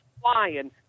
flying